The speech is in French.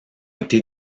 été